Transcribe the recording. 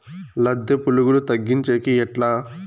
లద్దె పులుగులు తగ్గించేకి ఎట్లా?